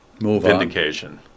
vindication